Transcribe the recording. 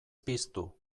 piztu